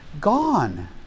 gone